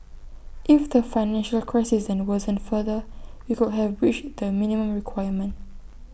if the financial crisis then worsened further we could have breached the minimum requirement